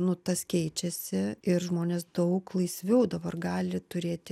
nu tas keičiasi ir žmonės daug laisviau dabar gali turėti